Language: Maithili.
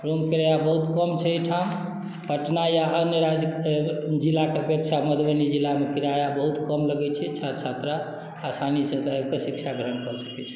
रूम किराया बहुत कम छै एहिठाम पटना या अन्य राज्य जिलाके अपेक्षा मधुबनी जिलामे किराया बहुत कम लगैत छै छात्र छात्रा आसानीसँ एतय आबि कऽ शिक्षा ग्रहण कऽ सकैत छै